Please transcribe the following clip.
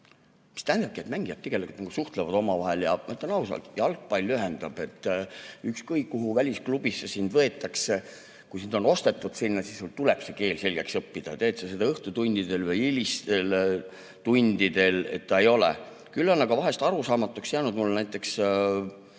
Mis tähendabki, et mängijad tegelikult suhtlevad omavahel. Ja ütlen ausalt: jalgpall ühendab. Ükskõik, kuhu välisklubisse sind võetakse, kui sind on ostetud sinna, siis sul tuleb see keel selgeks õppida, teed sa seda õhtutundidel või hilistel tundidel. Küll on aga mulle vahel arusaamatuks jäänud näiteks